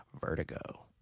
Vertigo